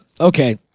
Okay